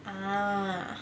ah